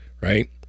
right